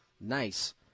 nice